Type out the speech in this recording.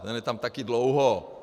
Ten je tam taky dlouho.